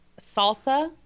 salsa